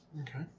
Okay